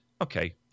okay